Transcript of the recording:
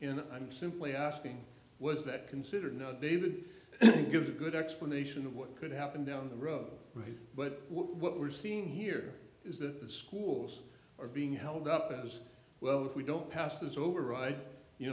in i'm simply asking was that considered know david gives a good explanation of what could happen down the road but what we're seeing here is that schools are being held up as well if we don't pass this override you